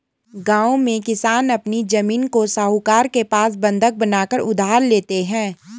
गांव में किसान अपनी जमीन को साहूकारों के पास बंधक बनाकर उधार लेते हैं